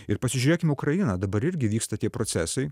ir pasižiūrėkim į ukrainą dabar irgi vyksta tie procesai